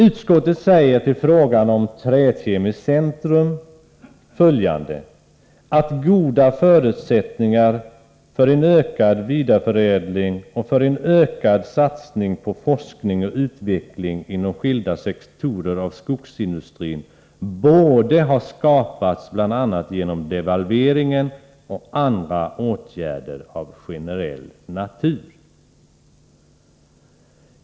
Utskottet säger beträffande frågan om träkemiskt centrum att goda förutsättningar för en ökad vidareförädling och för en ökad satsning på forskning och utveckling inom skilda sektorer av skogsindustrin borde ha skapats, bl.a. genom devalveringen och andra åtgärder av generell natur.